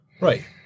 Right